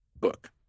book